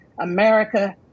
America